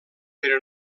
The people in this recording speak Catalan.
però